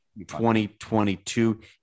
2022